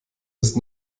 ist